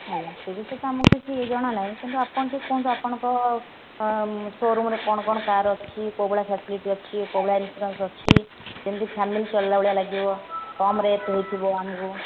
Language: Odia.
ଆଜ୍ଞା ଏବେ ତ ଆମକୁ କିଛି ଜଣା ନାହିଁ କିନ୍ତୁ ଆପଣ ଟିକେ କୁହନ୍ତୁ ଆପଣଙ୍କ ସୋରୁମ୍ରେ କ'ଣ କ'ଣ କାର୍ ଅଛି କେଉଁ ଭଳିଆ ଫାସିଲିଟି ଅଛି କେଉଁ ଭଳିଆ ଇନସୁରାନ୍ସ ଅଛି ଯେମତି ଫ୍ୟାମିଲି ଚଳିଲା ଭଳିଆ ଲାଗିବ କମ୍ ରେଟ୍ ହୋଇଥିବ ଆମକୁ